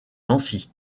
nancy